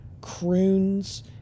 croons